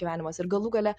gyvenimas ir galų gale